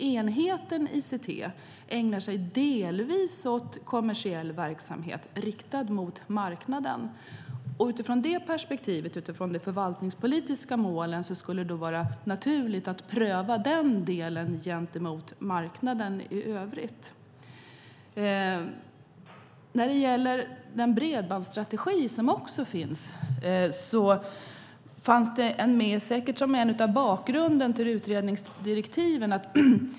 Enheten ICT ägnar sig delvis åt kommersiell verksamhet riktad mot marknaden. Utifrån de förvaltningspolitiska målen skulle det vara naturligt att pröva den delen gentemot marknaden i övrigt. Bredbandsstrategin fanns säkert med som bakgrund till utredningsdirektiven.